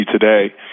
Today